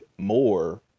more